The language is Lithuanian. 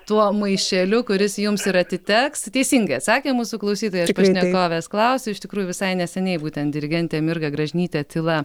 tuo maišeliu kuris jums ir atiteks teisingai atsakė mūsų klausytoja pašnekovės klausiu iš tikrųjų visai neseniai būtent dirigentė mirga gražinytė tyla